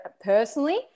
personally